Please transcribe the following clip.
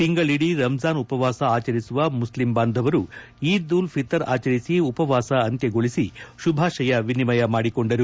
ತಿಂಗಳಿದೀ ರಂಜಾನ್ ಉಪವಾಸ ಆಚರಿಸುವ ಮುಸ್ಲಿಂ ಬಾಂಧವರು ಈದ್ ಉಲ್ ಫಿತರ್ ಆಚರಿಸಿ ಉಪವಾಸ ಅಂತ್ಯಗೊಳಿಸಿ ಶುಭಾಶಯ ವಿನಿಮಯ ಮಾಡಿಕೊಂಡರು